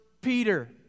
Peter